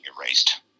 erased